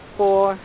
four